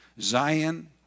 Zion